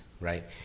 right